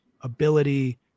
ability